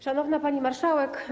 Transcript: Szanowna Pani Marszałek!